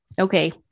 Okay